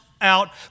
out